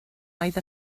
oedd